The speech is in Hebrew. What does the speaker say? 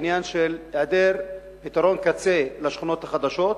עניין של היעדר פתרון קצה לשכונות החדשות,